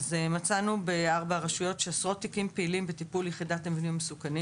מצאנו בארבע הרשויות שעשרות תיקים פעילים בטיפול יחידת מבנים מסוכנים